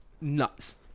Nuts